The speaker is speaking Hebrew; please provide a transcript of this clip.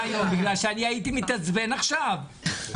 היום בגלל שאני הייתי מתעצבן עכשיו נורא.